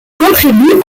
contribue